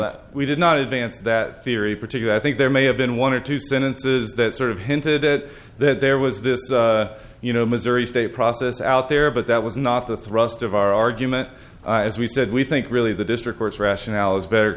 that we did not advance that theory particular i think there may have been one or two sentences that sort of hinted that that there was this you know missouri state process out there but that was not the thrust of our argument as we said we think really the district court's rationale is better